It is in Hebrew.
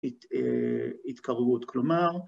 התקררות, כלומר